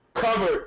Covered